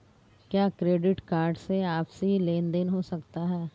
क्या credit card से आपसी लेनदेन हो सकता है?